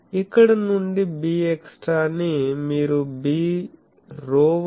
ఇక్కడ నుండి bextra నీ మీరు b ρ1 బై b అని కనుగొనవచ్చు